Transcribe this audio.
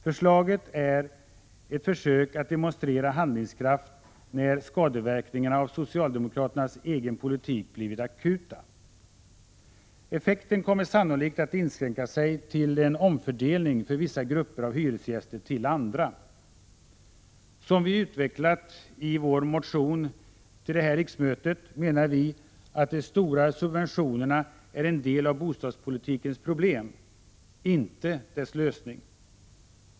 Förslaget är ett försök att demonstrera handlingskraft, när skadeverkningarna av socialdemokraternas egen politik blivit akuta. Effekten kommer sannolikt att inskränka sig till en omfördelning för vissa grupper av hyresgäster till andra. Som vi utvecklat i en motion till detta riksmöte menar vi att de stora subventionerna är en del av bostadspolitikens problem, inte dess lösning.